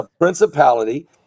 principality